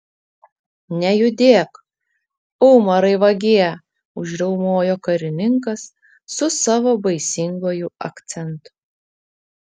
nejudėk umarai vagie užriaumojo karininkas su savo baisinguoju akcentu